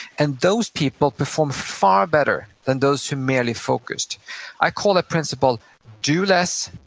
and those people performed far better than those who merely focused i call that principle do less,